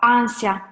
ansia